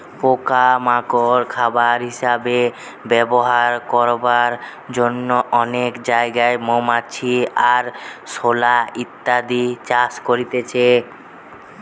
পোকা মাকড় খাবার হিসাবে ব্যবহার করবার জন্যে অনেক জাগায় মৌমাছি, আরশোলা ইত্যাদি চাষ করছে